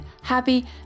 happy